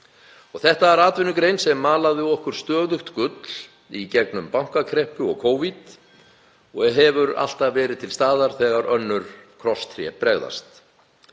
Þetta er atvinnugrein sem malaði okkur stöðugt gull í gegnum bankakreppu og Covid og hefur alltaf verið til staðar þegar önnur krosstré bregðast.